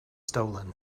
stolen